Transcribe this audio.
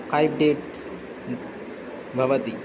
five dates भवति